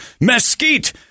mesquite